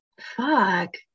Fuck